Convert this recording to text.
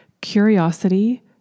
curiosity